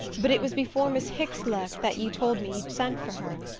but it was before miss hicks left that you told me you'd sent for her,